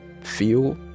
feel